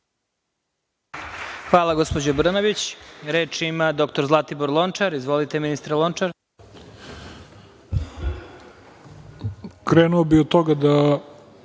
Hvala, gospođo Brnabić. Reč ima doktor Zlatibor Lončar. Izvolite, ministre Lončar.